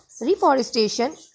reforestation